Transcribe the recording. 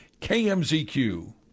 KMZQ